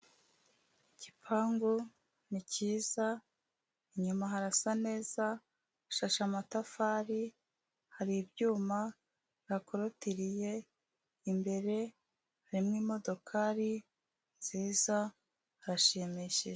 Igipangu ni cyiza, inyuma harasa neza, hasashe amatafari, hari ibyuma bihakorotiriye, imbere harimo imodokari nziza harashimishije.